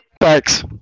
Thanks